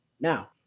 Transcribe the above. now